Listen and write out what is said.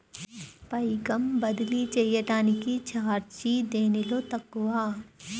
పైకం బదిలీ చెయ్యటానికి చార్జీ దేనిలో తక్కువ?